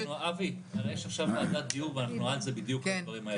אבי יש עכשיו ועדת דיור ואנחנו על זה בדיוק על הדברים האלה,